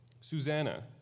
Susanna